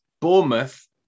Bournemouth